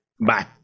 bye